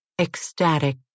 Ecstatic